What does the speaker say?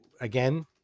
Again